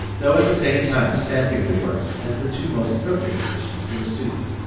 though at the same time stamping the works as the two most perfect editions for the student.